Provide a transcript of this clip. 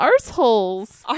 Arseholes